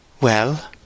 Well